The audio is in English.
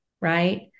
right